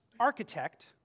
architect